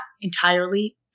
entirely